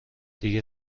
دیگه